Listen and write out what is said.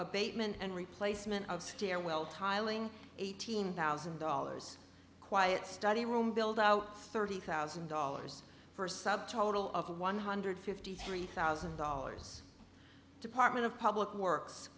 abatement and replacement of stairwell tiling eighteen thousand dollars quiet study room buildout thirty thousand dollars first sub total of one hundred fifty three thousand dollars department of public works